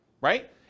right